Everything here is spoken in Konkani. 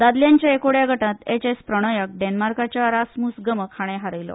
दादल्यांच्या एकोड्या गटात एच एस प्रणॉयाक डेन्मार्कच्या रासमूस गमक हांणे हारयले